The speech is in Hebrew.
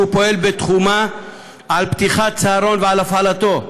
פועל בתחומה על פתיחת הצהרון ועל הפעלתו,